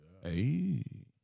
Hey